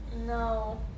No